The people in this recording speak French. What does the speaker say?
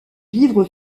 livre